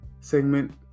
segment